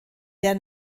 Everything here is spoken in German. der